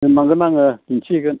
दोनलांगोन आङो दिन्थिहैगोन